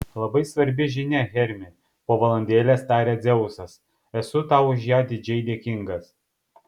labai svarbi žinia hermi po valandėlės tarė dzeusas esu tau už ją didžiai dėkingas